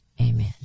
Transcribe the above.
Amen